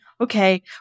Okay